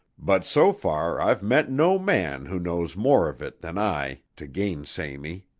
but so far i've met no man who knows more of it than i to gainsay me.